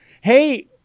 Hey